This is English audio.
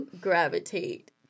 gravitate